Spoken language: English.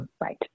Right